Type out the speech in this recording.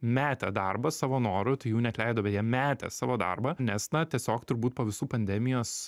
metė darbą savo noru tai jų neatleido bet jie metė savo darbą nes na tiesiog turbūt po visų pandemijos